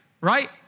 right